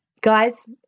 guys